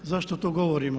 Zašto to govorimo?